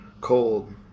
cold